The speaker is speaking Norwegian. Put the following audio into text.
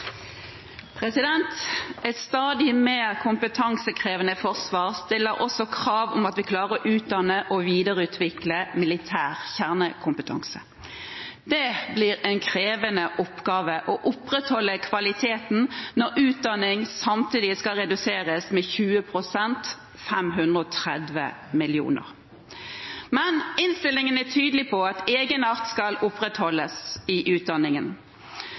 Et stadig mer kompetansekrevende forsvar stiller også krav om at vi klarer å utdanne og videreutvikle militær kjernekompetanse. Det blir en krevende oppgave å opprettholde kvaliteten når utdanningssystemet samtidig skal reduseres med 20 pst., dvs. 530 mill. kr. Innstillingen er tydelig på at egenarten skal opprettholdes i utdanningen.